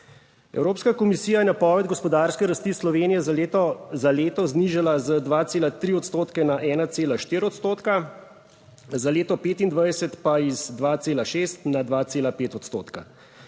Evropska komisija je napoved gospodarske rasti Slovenije za leto, za leto znižala za 2,3 odstotke na 1,4 odstotka, za leto 2025 pa iz 2,6 na 2,5 odstotka.